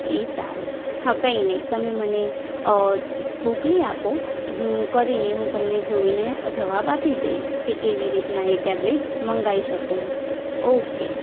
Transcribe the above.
એ સારું હા કંઇ નહીં તમે મને મોકલી આપો હું કરીને હું તમને જોઈને જવાબ આપી દઇશ કે કેવી રીતના એ ટેબલેટ મંગાવી શકું હું ઓકે